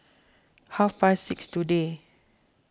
half past six today